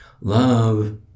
Love